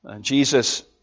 Jesus